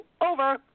over